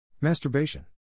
Masturbation